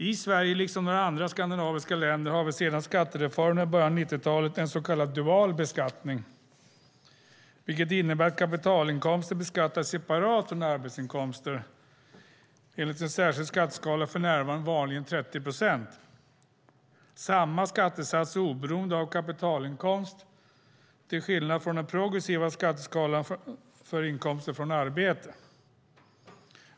I Sverige liksom några andra skandinaviska länder har vi sedan skattereformen i början av 1990-talet en så kallad dual beskattning, vilket innebär att kapitalinkomster beskattas separat från arbetsinkomster enligt en särskild skatteskala, för närvarande vanligen 30 procent - samma skattesats oberoende av kapitalinkomst till skillnad från den progressiva skatteskalan för inkomster från arbete.